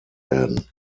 werden